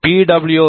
W